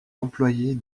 employés